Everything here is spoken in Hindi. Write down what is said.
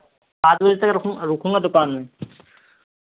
सात बजे तक रुकूं रुकूंगा दुकान में